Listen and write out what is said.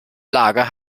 lager